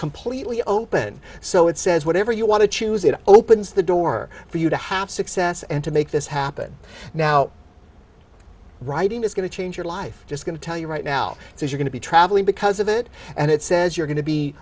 completely open so it says whatever you want to choose it opens the door for you to have success and to make this happen now writing is going to change your life just going to tell you right now it's going to be traveling because of it and it says you're going to be